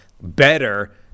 better